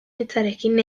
hitzarekin